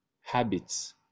habits